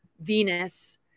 Venus